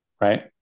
right